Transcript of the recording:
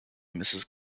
mrs